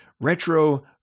Retro